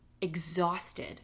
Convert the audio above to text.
exhausted